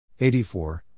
84